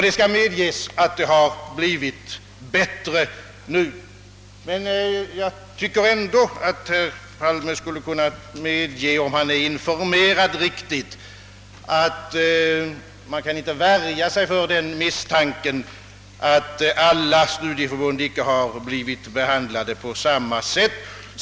Det skall medges att det har blivit bättre nu. Man kan som sagt inte värja sig för misstanken att alla studieförbund inte har behandlats på samma sätt.